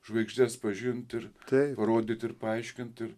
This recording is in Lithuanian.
žvaigždes pažint ir parodyt ir paaiškint ir